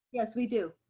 yes we do.